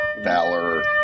valor